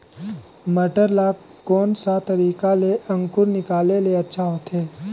मटर ला कोन सा तरीका ले अंकुर निकाले ले अच्छा होथे?